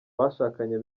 bashakanye